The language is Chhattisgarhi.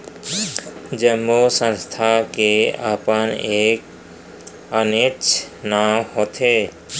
जम्मो संस्था के अपन एक आनेच्च नांव होथे